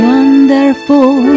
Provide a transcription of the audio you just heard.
Wonderful